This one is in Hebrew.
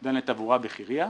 בין התחבורה בחירייה.